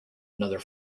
another